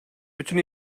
bütün